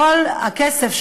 כל הכסף,